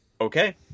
Okay